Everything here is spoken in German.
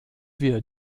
wir